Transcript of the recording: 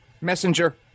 Messenger